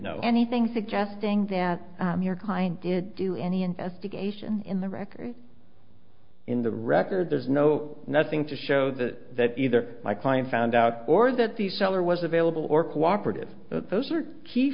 know anything suggesting that your client did do any investigation in the record in the record there's no nothing to show the that either my client found out or that the seller was available or cooperative those are